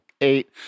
eight